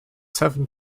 seven